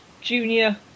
junior